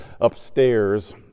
upstairs